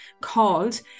called